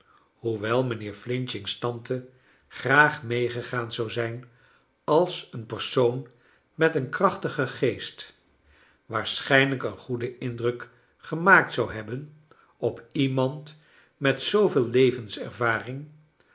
wel mijnheer f's tante graag meegegaan zou zijn en als een persoon met een krachtigen geest waarschijnlijk een goeden indruk gemaakt zou hebben op iemand met zooveel